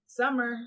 summer